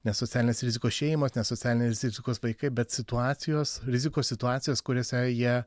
ne socialinės rizikos šeimos nes socialinės rizikos vaikai bet situacijos rizikos situacijos kuriose jie